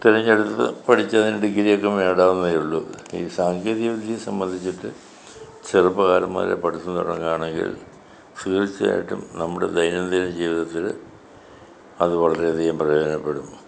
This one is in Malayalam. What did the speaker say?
തിരഞ്ഞെടുത്ത് പഠിച്ച് അതിന് ഡിഗ്രി ഒക്കെ നേടാവുന്നതേ ഉളളൂ ഈ സാങ്കേതികവിദ്യയെ സംബന്ധിച്ചിട്ട് ചെറുപ്പകാലം പഠിത്തം തുടങ്ങുകയാണെങ്കിൽ തീർച്ചയായിട്ടും നമ്മുടെ ദൈനംദിന ജീവിതത്തിൽ അത് വളരെ അധികം പ്രയോജനപ്പെടും